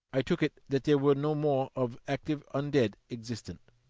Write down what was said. i took it that there were no more of active un-dead existent.